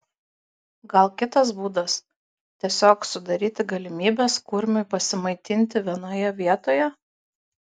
gal kitas būdas tiesiog sudaryti galimybes kurmiui pasimaitinti vienoje vietoje